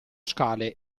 scale